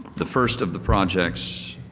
the first of the projects